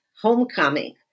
homecoming